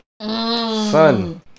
Son